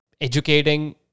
educating